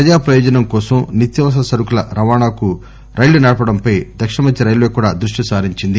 ప్రజా ప్రయోజనం కోసం నిత్యావసర సరుకుల రవాణాకు రైళ్లు నడపడంపై దక్షిణ మధ్య రైల్వే కూడా దృష్టి సారించింది